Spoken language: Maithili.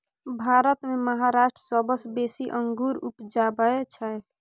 भारत मे महाराष्ट्र सबसँ बेसी अंगुर उपजाबै छै